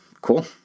Cool